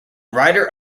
writer